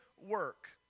work